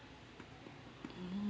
mm